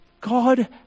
God